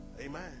Amen